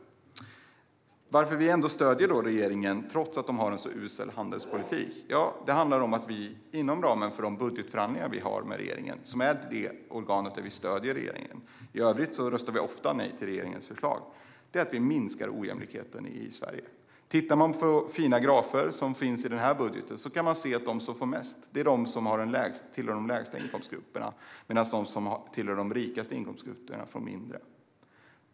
Att vi ändå stöder regeringen trots att de har en så usel handelspolitik handlar om att vi inom ramen för de budgetförhandlingar vi har med regeringen, som är det organ där vi stöder regeringen, är för att vi minskar ojämlikheten i Sverige. I övrigt röstar vi ofta nej till regeringens förslag. Om man tittar på de fina grafer som finns i budgeten kan man se att de som får mest är de som tillhör de lägsta inkomstgrupperna, medan de som tillhör de rikaste inkomstgrupperna får mindre.